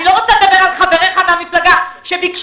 אני לא רוצה לדבר על חבריך מהמפלגה שביקשו